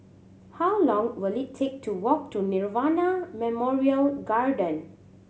how long will it take to walk to Nirvana Memorial Garden